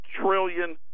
trillion